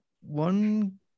one